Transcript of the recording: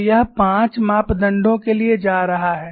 तो यह पांच मापदंडों के लिए जा रहा है